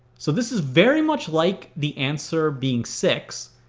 so this is very much like the answer being six.